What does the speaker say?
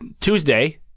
Tuesday